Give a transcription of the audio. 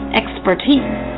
expertise